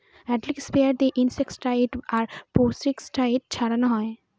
hydraulic sprayer দিয়ে insecticide আর pesticide ছড়ানো হয়